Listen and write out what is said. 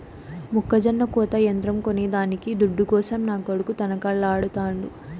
మొక్కజొన్న కోత యంత్రం కొనేదానికి దుడ్డు కోసం నా కొడుకు తనకలాడుతాండు